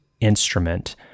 instrument